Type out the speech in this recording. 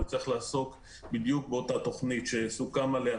הוא יצטרך לעסוק בדיוק באותה תוכנית שסוכם עליה,